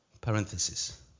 Parenthesis